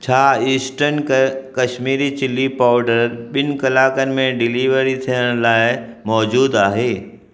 छा ईस्टर्न क Kashmiri chilli powder ॿिनि कलाकनि में डिलीवरी थियण लाइ मौजूदु आहे